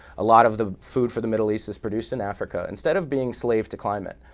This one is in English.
a lot of the food for the middle east is produced in africa instead of being slaves to climate,